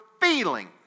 feeling